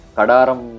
Kadaram